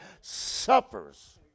suffers